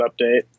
update